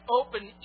open